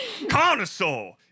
Carnosaur